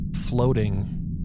floating